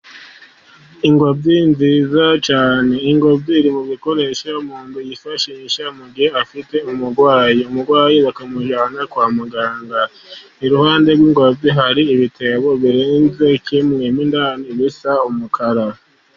Ingobyi nziza cyane, ingobyi iri mu bikoresho umuntu yifashisha mu gihe afite umurwayi, umurwayi bakamujyana kwa mu ganga, iruhande rw'ingobyi hari ibi ibitebo birenze kimwe m' indani bisa umukara.